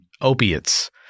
opiates